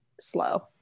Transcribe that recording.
slow